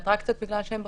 האטרקציות בגלל שהן בחוץ,